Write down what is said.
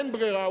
אין ברירה,